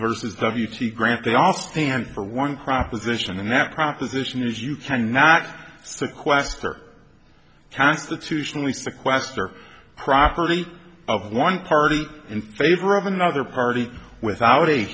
versus w t grant they all stand for one proposition and that proposition is you cannot sequester constitutionally sequester property of one party in favor of another party without a